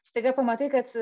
staiga pamatai kad